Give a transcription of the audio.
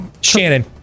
Shannon